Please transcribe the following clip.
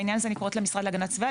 בעניין זה אני קוראת למשרד להגנת הסביבה,